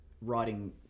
writing